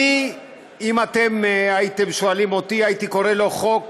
אם הייתם שואלים אותי הייתי קורא לו חוק